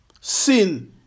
sin